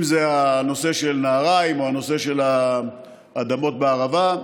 אם זה הנושא של נהריים או הנושא של אדמות בערבה,